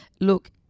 look